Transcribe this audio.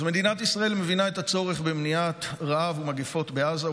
מדינת ישראל מבינה את הצורך במניעת רעב ומגפות בעזה,